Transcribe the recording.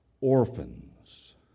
orphans